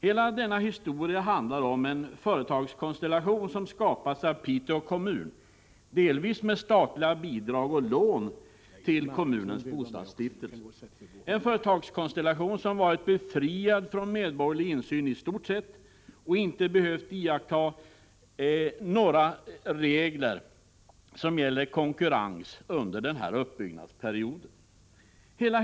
Hela denna historia handlar om en företagskonstellation som skapats av Piteå kommun, delvis med statliga bidrag och lån till kommunens bostadsstiftelse. Denna företagskonstellation har under sin uppbyggnadsperiod varit i stort sett befriad från medborgerlig insyn och har inte behövt iaktta några regler när det gäller konkurrens.